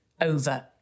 over